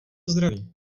zdraví